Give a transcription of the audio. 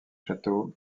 châteaux